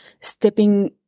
stepping